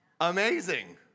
Amazing